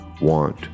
want